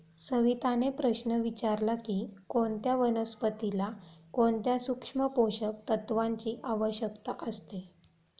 सविताने प्रश्न विचारला की कोणत्या वनस्पतीला कोणत्या सूक्ष्म पोषक तत्वांची आवश्यकता असते?